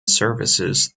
services